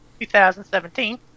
2017